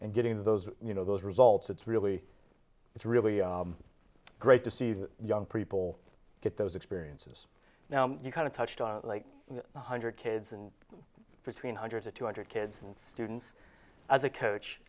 and getting those you know those results it's really it's really great to see that young people get those experiences now you kind of touched on like one hundred kids and between hundred to two hundred kids and students as a coach